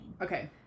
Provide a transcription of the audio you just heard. Okay